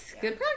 good